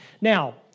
Now